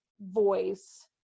voice